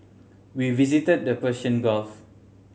we visited the Persian Gulf